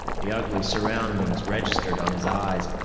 the ugly surroundings registered on his eyes,